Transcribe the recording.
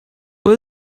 who